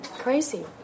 crazy